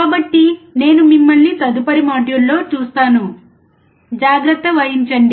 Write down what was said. కాబట్టి నేను మిమ్మల్ని తదుపరి మాడ్యూల్లో చూస్తాను జాగ్రత్త వహించండి